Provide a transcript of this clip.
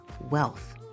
wealth